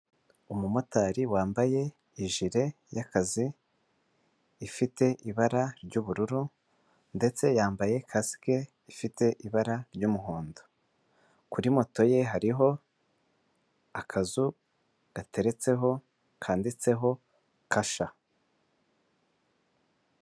Umumotari wambaye ijire y'akazi ifite ibara ry'ubururu ndetse yambaye kasike ifite ibara ry'umuhondo, kuri moto ye hariho akazu gateretseho kanditseho kasha.